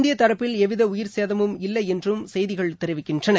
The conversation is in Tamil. இந்திய தரப்பில் எவ்வித உயிர் சேதமும் இல்லை என்று செய்திகள் தெரிவிக்கின்றன